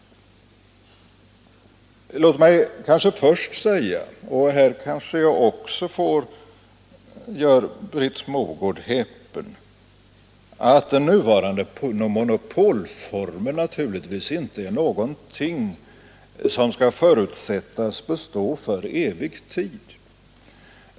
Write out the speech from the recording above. Låt mig först säga — och här kanske jag också gör Britt Mogård häpen — att den nuvarande monopolformen naturligtvis inte är någonting som skall förutsättas bestå för evig tid.